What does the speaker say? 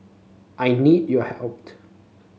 I need your helped